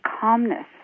calmness